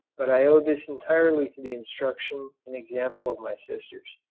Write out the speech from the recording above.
but i owed this entirely to the instruction and example of my sisters.